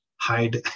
hide